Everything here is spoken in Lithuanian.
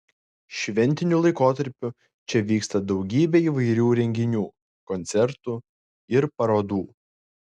šventiniu laikotarpiu čia vyksta daugybė įvairių renginių koncertų ir parodų